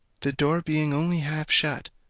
the door being only half shut,